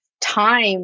time